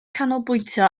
canolbwyntio